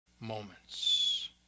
moments